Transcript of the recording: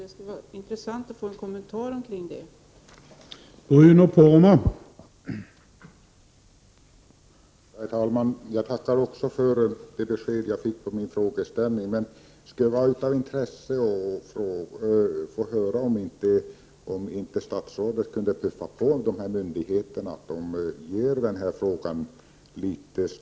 Det skulle vara intressant att få en kommentar till den frågan.